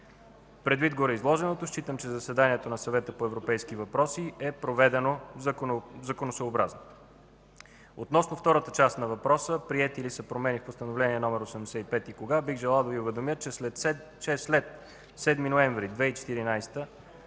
Предвид гореизложеното считам, че заседанието на Съвета по европейски въпроси е проведено законосъобразно. Относно втората част на въпроса: приети ли са промени в Постановление № 85 и кога, бих желал да Ви уведомя, че след 7 ноември 2014